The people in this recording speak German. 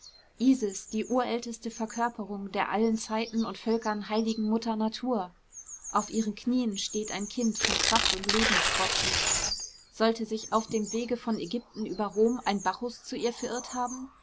isis die urälteste verkörperung der allen zeiten und völkern heiligen mutter natur auf ihren knien steht ein kind von kraft und leben strotzend sollte sich auf dem wege von ägypten über rom ein bacchus zu ihr verirrt haben